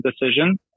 decision